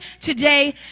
today